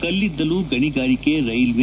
ಕಲ್ಲಿದ್ದಲು ಗಣಿಗಾರಿಕೆ ರೈಲ್ವೆ